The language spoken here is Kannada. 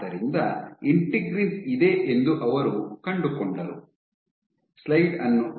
ಆದ್ದರಿಂದ ಇಂಟೆಗ್ರಿನ್ಸ್ ಇದೆ ಎಂದು ಅವರು ಕಂಡುಕೊಂಡರು